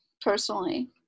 personally